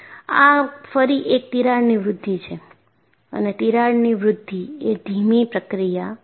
આ ફરી એક તિરાડની વૃદ્ધિ છે અને તિરાડની વૃદ્ધિ એ ધીમી પ્રક્રિયા છે